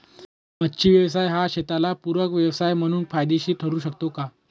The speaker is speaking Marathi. मच्छी व्यवसाय हा शेताला पूरक व्यवसाय म्हणून फायदेशीर ठरु शकतो का?